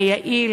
היעיל,